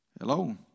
Hello